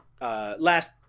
last